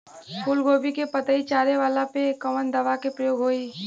फूलगोभी के पतई चारे वाला पे कवन दवा के प्रयोग होई?